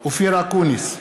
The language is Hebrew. אופיר אקוניס,